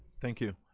thank you.